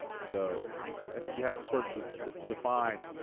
so i think you have to sort of define